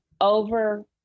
over